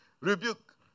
rebuke